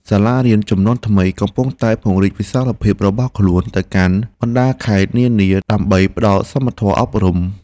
សាលារៀនជំនាន់ថ្មីកំពុងតែពង្រីកវិសាលភាពរបស់ខ្លួនទៅកាន់បណ្តាខេត្តនានាដើម្បីផ្តល់សមធម៌អប់រំ។